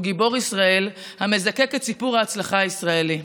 הוא גיבור ישראל המזקק את סיפור ההצלחה הישראלי.